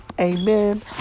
amen